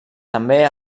també